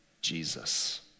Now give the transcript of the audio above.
Jesus